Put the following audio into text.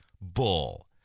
Bull